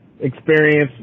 experience